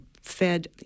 fed